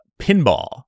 pinball